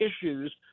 issues—